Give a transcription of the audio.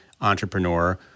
entrepreneur